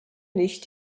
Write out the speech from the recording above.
nicht